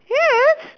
yes